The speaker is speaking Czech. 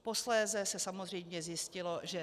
Posléze se samozřejmě zjistilo, že